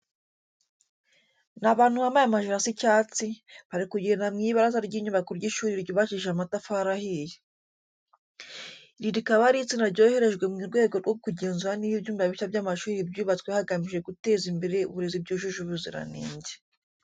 Ni abantu bambaye amajire asa icyatsi, bari kugenda mu ibaraza ry'inyubako y'ishuri ryubakishije amatafari ahiye. Iri rikaba ari itsinda ryoherejwe mu rwego rwo kugenzura niba ibyumba bishya by'amashuri byubatswe hagamijwe guteza imbere uburezi byujuje ubuziranenge.